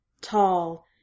tall